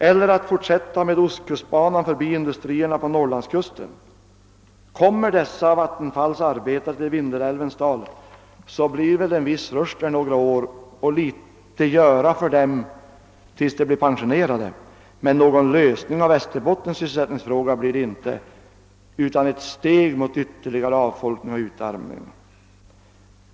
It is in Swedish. Man kan också låta Ostkustbanan fortsätta i anknytning till industrierna vid Norrlandskusten. Kommer dessa Vattenfalls arbetare till Vindelälvsdalen, blir det en rush där några år och en del att göra för dem tills de blir pensionerade, men någon lösning av Västerbottens sysselsättningsfråga innebär det inte, utan det blir ett steg mot en ytterligare avfolkning och utarmning.